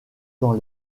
dans